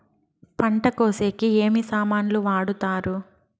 పంట కోసేకి ఏమి సామాన్లు వాడుతారు?